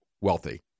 wealthy